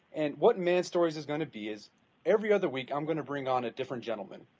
and what man stories is going to be is every other week, i'm going to bring on a different gentleman,